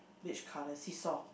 beige colour seesaw